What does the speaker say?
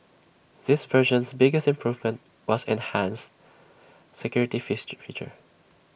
this version's biggest improvement was enhanced security fix feature